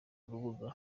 urubuga